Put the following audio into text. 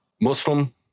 muslim